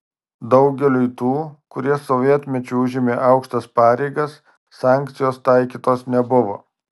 daugeliui tų kurie sovietmečiu užėmė aukštas pareigas sankcijos taikytos nebuvo